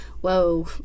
whoa